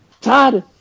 Todd